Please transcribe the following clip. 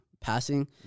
passing